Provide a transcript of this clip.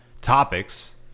topics